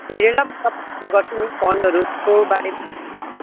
हेरेर म तपाईँसँग गर्छु नि फोनहरूको बारेमा ल